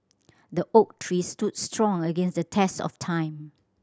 the oak tree stood strong against the test of time